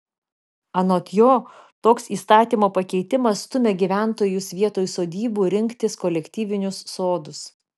anot jo toks įstatymo pakeitimas stumia gyventojus vietoj sodybų rinktis kolektyvinius sodus